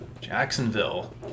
Jacksonville